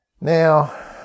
Now